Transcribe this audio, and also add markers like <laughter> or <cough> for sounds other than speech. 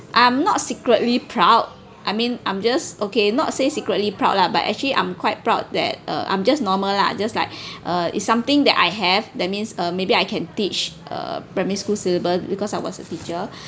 I'm not secretly proud I mean I'm just okay not say secretly proud lah but actually I'm quite proud that uh I'm just normal lah just like <breath> a is something that I have that means uh maybe I can teach a primary school syllabus because I was a teacher <breath>